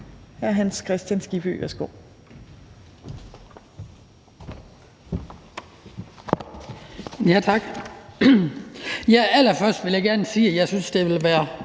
Hans Kristian Skibby (DF): Tak. Allerførst vil jeg gerne sige, at jeg synes, det vil være